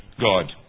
God